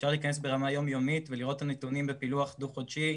אפשר להיכנס ברמה יום יומית ולראות את הנתונים בפילוח דו חודשי,